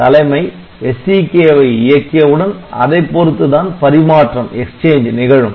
தலைமை SCK ஐ இயக்கிய உடன் அதைப் பொறுத்து தான் பரிமாற்றம் நிகழும்